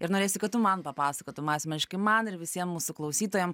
ir norėsiu kad tu man papasakotum asmeniškai man ir visiem mūsų klausytojam